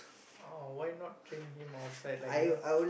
oh why not train him outside like you know